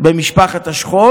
במשפחת השכול,